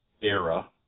era